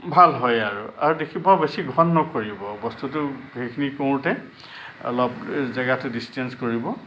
ভাল হয় আৰু আৰু দেখিব বৰ বেছি ঘন নকৰিব বস্তুটো সেইখিনি কৰোঁতে অলপ জেগাটো ডিছটেঞ্চ কৰিব